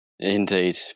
Indeed